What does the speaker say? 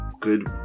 Good